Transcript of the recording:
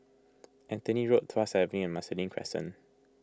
Anthony Road Tuas Avenue and Marsiling Crescent